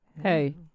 Hey